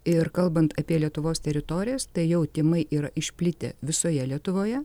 ir kalbant apie lietuvos teritorijas tai jau tymai yra išplitę visoje lietuvoje